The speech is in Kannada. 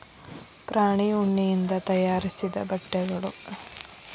ಪ್ರಾಣಿ ಉಣ್ಣಿಯಿಂದ ತಯಾರಿಸಿದ ಬಟ್ಟೆಗಳು